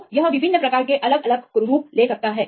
तो यह विभिन्न प्रकार के अलग अलग रूप ले सकता है